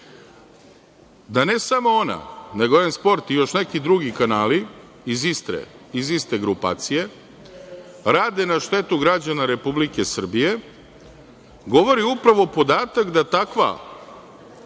ne samo ona, nego „N sport“ i još neki drugi kanali iz Istre, iz iste grupacije, rade na štetu građana Republike Srbije, govori upravo podatak da takva